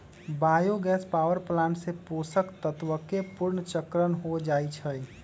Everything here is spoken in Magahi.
बायो गैस पावर प्लांट से पोषक तत्वके पुनर्चक्रण हो जाइ छइ